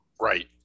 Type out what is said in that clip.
Right